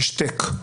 הוא